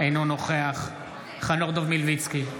אינו נוכח חנוך דב מלביצקי,